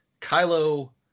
Kylo